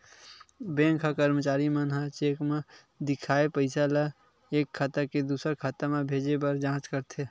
bank के करमचारी मन ह चेक म लिखाए पइसा ल एक खाता ले दुसर खाता म भेजे बर जाँच करथे